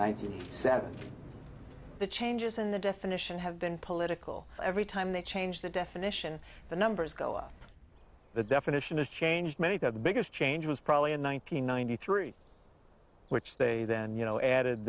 ninety seven the changes in the definition have been political every time they change the definition the numbers go up the definition is changed many of the biggest change was probably in one nine hundred ninety three which they then you know added